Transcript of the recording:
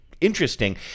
interesting